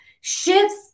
shifts